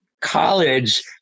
college